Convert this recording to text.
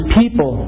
people